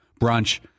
brunch